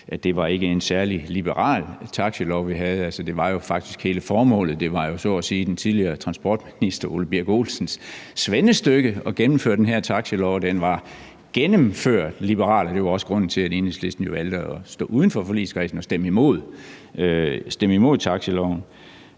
at det ikke er en særlig liberal taxilov, vi har. Det var jo faktisk hele formålet – det var jo så at sige den tidligere transportminister, hr. Ole Birk Olesens, svendestykke at gennemføre den her taxilov – at den var gennemført liberal, og det var også grunden til, at Enhedslisten jo valgte at stå uden for forligskredsen og stemme imod taxiloven.